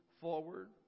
forward